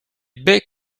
baies